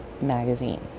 magazine